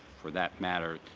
for that matter,